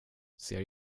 ser